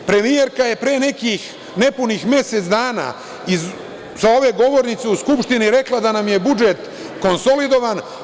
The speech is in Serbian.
Premijerka je pre nekih nepunih mesec dana sa ove govornice u Skupštini rekla da nam je budžet konsolidovan.